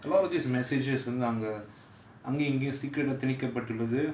a lot of these messages வந்து அங்க அங்க இங்க:vanthu anga anga inga secret ah திணிக்கப்பட்டுள்ளது:theenikkapttullathu